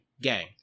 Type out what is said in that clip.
Gang